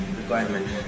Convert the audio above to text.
requirement